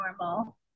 Normal